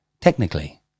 Technically